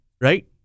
right